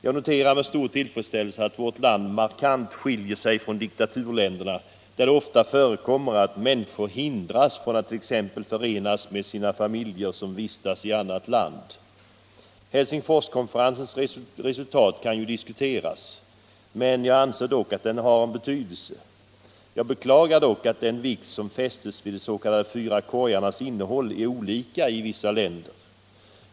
Jag noterar med stor tillfredsställelse att vårt land markant skiljer sig från diktaturländerna, där det ofta förekommer att människor hindras från att t.ex. förenas med sina familjer som vistas i annat land. Helsingforskonferensens resultat kan diskuteras. men jag anser att konferensen ändå hade betydelse. Jag beklagar dock att den vikt som fästes vid de s.k. fyra korgarnas innehåll är olika i vissa länder.